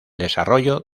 desarrollo